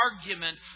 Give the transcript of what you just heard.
argument